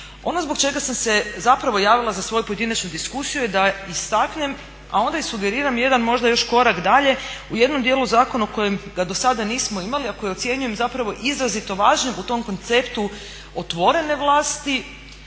Ono zbog čega sam se zapravo javila za svoju pojedinačnu diskusiju je da istaknem, a onda i sugeriram jedan možda još korak dalje u jednom dijelu zakona u kojem ga dosada nismo imali a koji ocjenjujem zapravo izrazito važnim u tom konceptu otvorene vlasti